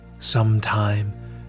Sometime